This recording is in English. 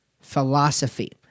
philosophy